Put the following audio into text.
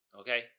Okay